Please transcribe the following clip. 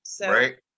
Right